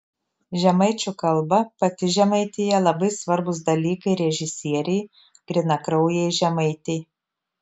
žemaičių kalba pati žemaitija labai svarbūs dalykai režisierei grynakraujei žemaitei